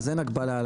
א אין הגבלה על